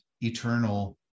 eternal